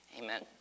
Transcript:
amen